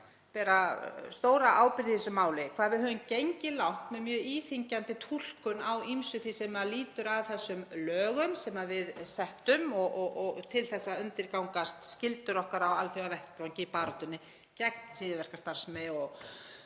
bera stóra ábyrgð í þessu máli, hvað við höfum gengið langt með mjög íþyngjandi túlkun á ýmsu því sem lýtur að þessum lögum sem við settum til að undirgangast skyldur okkar á alþjóðavettvangi í baráttunni gegn hryðjuverkastarfsemi og